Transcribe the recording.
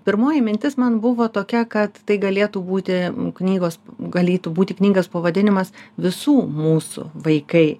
pirmoji mintis man buvo tokia kad tai galėtų būti knygos galėtų būti knygos pavadinimas visų mūsų vaikai